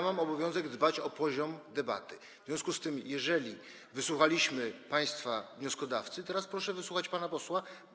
Mam obowiązek dbać o poziom debaty, w związku z tym, jeżeli wysłuchaliśmy państwa wnioskodawcy, teraz proszę wysłuchać pana posła.